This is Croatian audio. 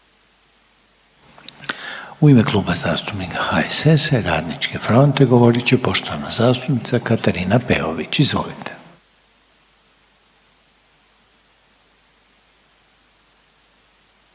U ime Kluba zastupnika HDZ-a govorit će poštovana zastupnica Grozdana Perić. Izvolite.